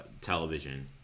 television